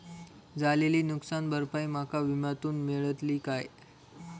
झालेली नुकसान भरपाई माका विम्यातून मेळतली काय?